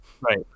Right